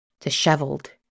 disheveled